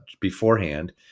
beforehand